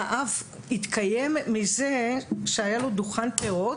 והאב התקיים מזה שהיה לו דוכן פירות,